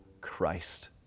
Christ